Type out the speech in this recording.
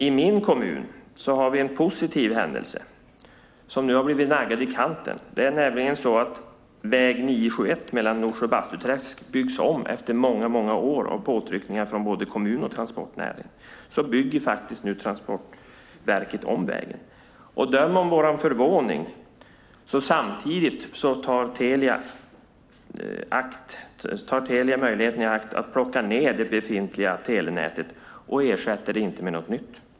I min kommun har vi en positiv händelse, men det där har nu naggats i kanten. Det är nämligen så att väg 971 mellan Norsjö och Bastuträsk byggs om. Efter väldigt många års påtryckningar från både kommun och transportnäring bygger Transportverket om vägen. Men döm om vår förvåning när Telia samtidigt tar tillfället i akt och plockar ned befintligt telenät utan att ersätta det med något nytt!